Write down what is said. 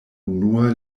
unua